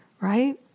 Right